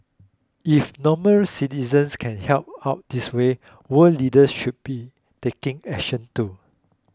if normal citizens can help out this way world leaders should be taking action too